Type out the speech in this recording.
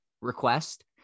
request